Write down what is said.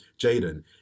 Jaden